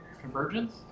convergence